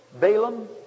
Balaam